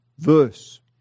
verse